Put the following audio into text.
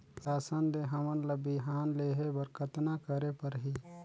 शासन से हमन ला बिहान लेहे बर कतना करे परही?